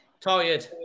Tired